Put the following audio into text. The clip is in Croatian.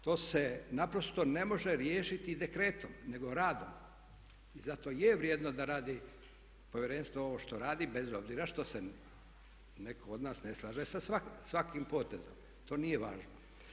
To se naprosto ne može riješiti dekretom nego radom i zato je vrijedno da radi Povjerenstvo ovo što radi bez obzira što se netko od nas ne slaže sa svakim potezom, to nije važno.